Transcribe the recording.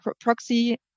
proxy